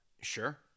Sure